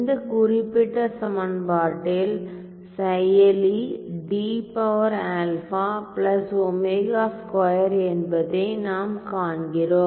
இந்த குறிப்பிட்ட சமன்பாட்டில் செயலி என்பதை நாம் காண்கிறோம்